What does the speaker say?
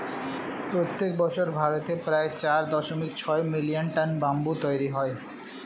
প্রত্যেক বছর ভারতে প্রায় চার দশমিক ছয় মিলিয়ন টন ব্যাম্বু তৈরী হয়